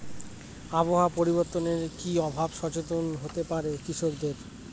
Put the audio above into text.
আবহাওয়া পরিবর্তনের কি ভাবে সচেতন হতে হবে কৃষকদের?